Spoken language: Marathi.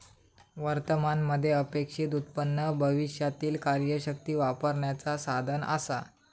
वर्तमान मध्ये अपेक्षित उत्पन्न भविष्यातीला कार्यशक्ती वापरण्याचा साधन असा